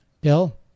Bill